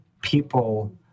people